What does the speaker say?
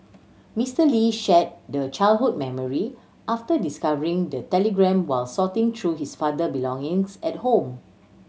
Mister Lee shared the childhood memory after discovering the telegram while sorting through his father belongings at home